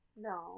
No